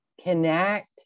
connect